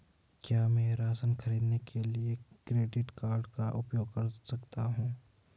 क्या मैं राशन खरीदने के लिए क्रेडिट कार्ड का उपयोग कर सकता हूँ?